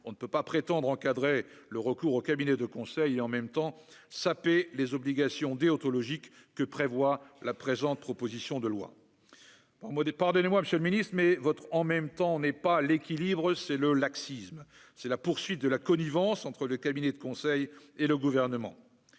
on ne peut pas prétendre encadrer le recours aux cabinets de conseil et en même temps, saper les obligations déontologiques que prévoit la présente proposition de loi des pardonnez-moi, Monsieur le Ministre, mais votre en même temps on n'est pas l'équilibre c'est le laxisme, c'est la poursuite de la connivence entre le cabinet de conseil et le gouvernement